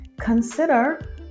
consider